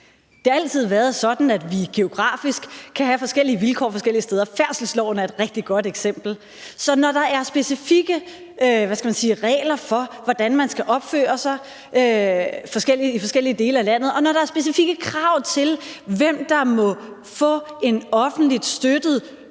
Det har altid været sådan, at vi geografisk kan have forskellige vilkår forskellige steder. Færdselsloven er et rigtig godt eksempel. Så når der er specifikke regler for, hvordan man skal opføre sig i forskellige dele af landet, og når der er specifikke krav til, hvem der må få en offentligt støttet